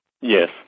yes